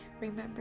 remember